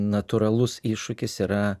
natūralus iššūkis yra